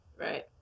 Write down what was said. right